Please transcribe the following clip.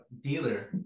dealer